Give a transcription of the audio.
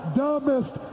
dumbest